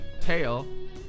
tail